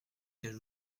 cage